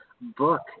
book